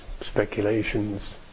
speculations